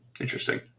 Interesting